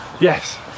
Yes